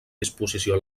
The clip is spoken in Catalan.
disposició